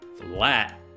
flat